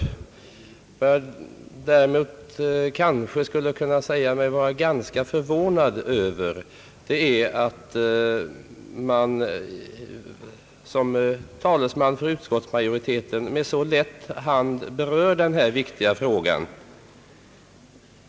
Vad jag däremot kanske skulle kunna säga mig vara ganska förvånad över är att den som är tales Ang. hyreslagstiftningen man för utskottsmajoriteten med så lätt hand berör denna viktiga fråga.